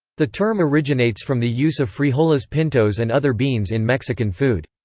the term originates from the use of frijoles pintos and other beans in mexican food.